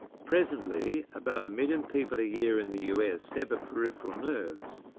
presently about a million people a year in the us sever peripheral nerves,